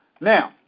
Now